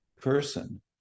person